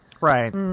Right